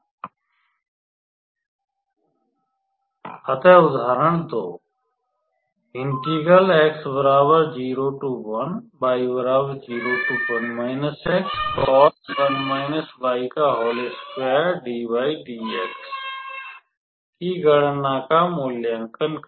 अतः उदाहरण 2 की गणना या मूल्यांकन करें